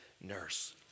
nurse